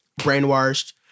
brainwashed